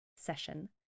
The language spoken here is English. Session